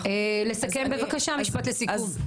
לסכם בבקשה משפט לסיכום.